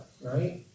right